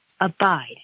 abide